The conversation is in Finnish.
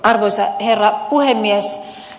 arvoisa herra puhemies